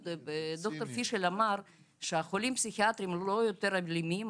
ד"ר פישל אמר שהחולים הפסיכיאטריים הם לא יותר אלימים.